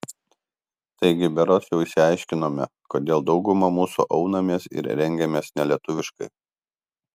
taigi berods jau išsiaiškinome kodėl dauguma mūsų aunamės ir rengiamės nelietuviškai